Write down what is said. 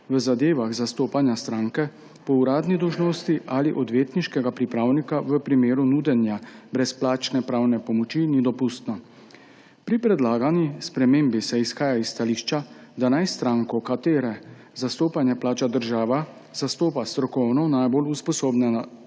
v zadevah zastopanja stranke po uradni dolžnosti ali odvetniškega pripravnika v primeru nudenja brezplačne pravne pomoči ni dopustno. Pri predlagani spremembi se izhaja iz stališča, da naj stranko, katere zastopanje plača država, zastopa strokovno najbolj usposobljena